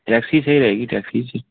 taxi ਸਹੀ ਰਹੇਗੀ taxi 'ਚ